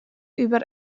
über